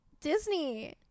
Disney